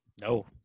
No